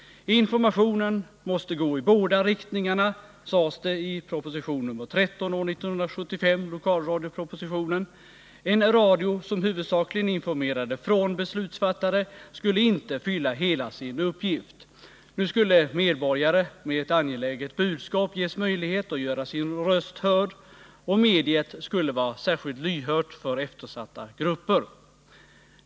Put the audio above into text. Informationen måste gå i båda riktningarna, sades det i proposition nr 13 år 1975, lokalradiopropositionen. En radio som huvudsakligen informerade från beslutsfattare skulle inte fylla hela sin uppgift. Nu skulle medborgare med ett angeläget budskap ges möjlighet att göra sin röst hörd, och mediet skulle vara särskilt lyhört för eftersatta grupper.